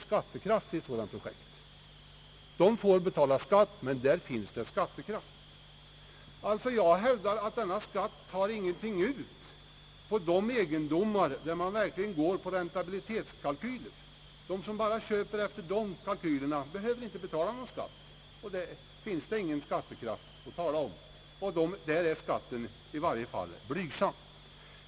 Säljaren får betala skatt, men han har också skattekraft. Jag hävdar alltså, att denna skatt inte tar ut något av de egendomar som verkligen drives efter räntabilitetskalkyler. De som köper efter sådana kalkyler behöver inte betala någon skatt, ty där finns inte någon skattekraft att tala om. Skatten är i varje fall blygsam.